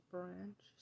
Branch